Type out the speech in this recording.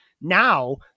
now